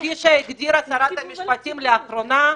כפי שהגדירה שרת המשפטים לאחרונה,